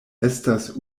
estas